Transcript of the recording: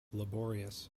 laborious